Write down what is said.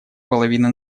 половина